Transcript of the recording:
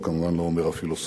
הוא כמובן לא אומר "הפילוסוף",